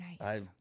nice